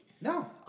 No